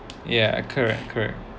ya correct correct